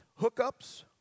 hookups